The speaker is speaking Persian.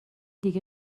دیگه